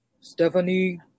Stephanie